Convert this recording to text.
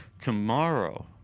tomorrow